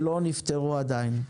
שלא נפתרו עדיין.